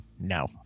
No